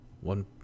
one